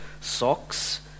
socks